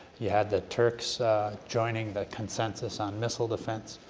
you had the turks joining the consensus on missile defense,